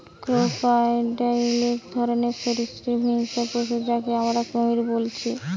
crocodile এক ধরণের সরীসৃপ হিংস্র পশু যাকে আমরা কুমির বলছি